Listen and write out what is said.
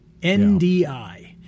NDI